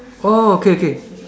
oh okay okay